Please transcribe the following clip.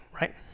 right